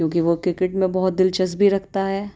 کیونکہ وہ کرکٹ میں بہت دلچسپی رکھتا ہے